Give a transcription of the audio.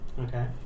Okay